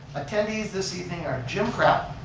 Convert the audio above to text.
attendees this evening are jim crab,